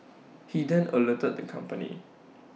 he then alerted the company